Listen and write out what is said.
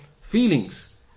feelings